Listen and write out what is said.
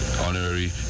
honorary